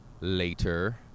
later